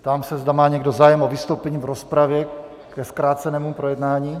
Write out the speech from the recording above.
Ptám se, zda má někdo zájem o vystoupení v rozpravě ke zkrácenému projednání.